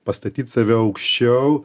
pastatyt save aukščiau